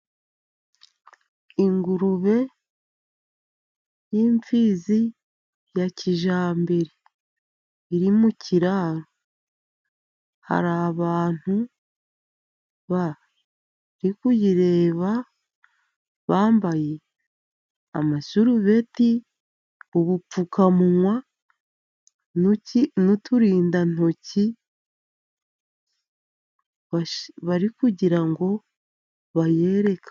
Ingurube y'imfizi ya kijyambere iri mu kiraro. Hari abantu bari kuyireba bambaye amasurubeti, ubupfukamunwa, n'uturindantoki. Bari kugira ngo bayereke...